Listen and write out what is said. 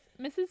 Mrs